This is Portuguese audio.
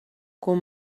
com